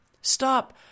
Stop